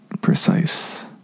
precise